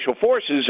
forces